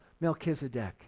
Melchizedek